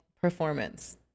performance